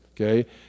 okay